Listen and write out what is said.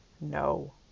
no